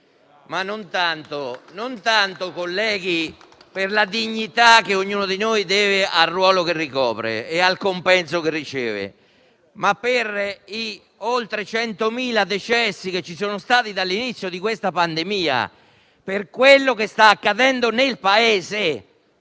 non mi riferisco alla dignità che ognuno di noi deve al ruolo che ricopre e al compenso che riceve, ma agli oltre 100.000 decessi che ci sono stati dall'inizio di questa pandemia e per ciò che sta accadendo nel Paese.